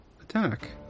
attack